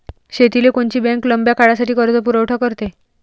शेतीले कोनची बँक लंब्या काळासाठी कर्जपुरवठा करते?